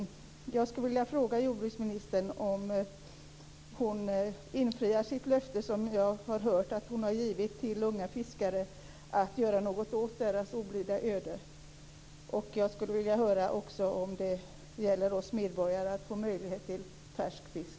Jag skulle vilja fråga jordbruksministern om hon avser att infria det löfte som jag har hört att hon har givit till unga fiskare, att göra något åt deras oblida öde. Jag skulle också vilja höra om vi medborgare kan räkna med att få tillgång till färsk fisk.